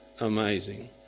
amazing